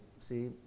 see